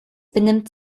benimmt